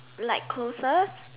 like cruises